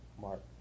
Mark